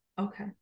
Okay